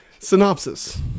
synopsis